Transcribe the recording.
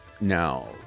Now